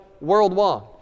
worldwide